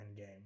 Endgame